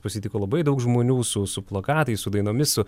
pasitiko labai daug žmonių su su plakatais su dainomis su